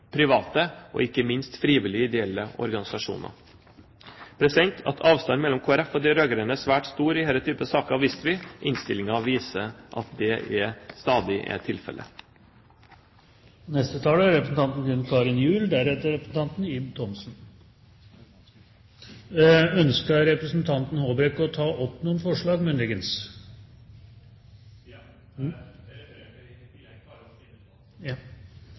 private og ikke minst gjennom frivillige, ideelle organisasjoner. At avstanden mellom Kristelig Folkeparti og de rød-grønne er svært stor i denne typen saker, visste vi. Innstillingen viser at det stadig er